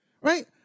Right